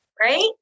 Right